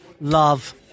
love